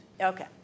Okay